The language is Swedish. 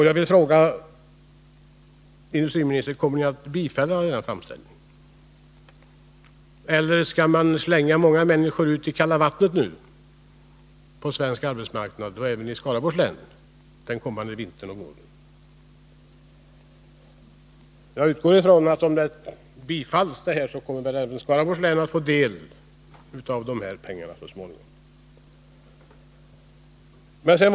Jag vill fråga industriministern: Kommer regeringen att bifalla denna framställning, eller skall många människor på den svenska arbetsmarknaden, även i Skaraborgs län, slängas ut i kalla vattnet den kommande vintern och våren? Jag utgår från att även Skaraborgs län får del av pengarna, om framställningen bifalls.